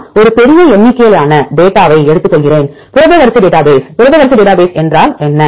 நான் ஒரு பெரிய எண்ணிக்கையிலான டேட்டாவை எடுத்துக்கொள்கிறேன் புரத வரிசை டேட்டாபேஸ் புரத வரிசை டேட்டாபேஸ் என்றால் என்ன